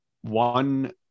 One